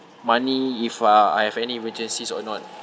money if uh I have any emergencies or not